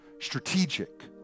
strategic